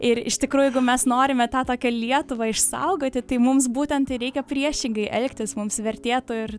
ir iš tikrųjų jeigu mes norime tą tokią lietuvą išsaugoti tai mums būtent ir reikia priešingai elgtis mums vertėtų ir